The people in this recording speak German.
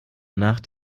nach